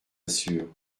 sûr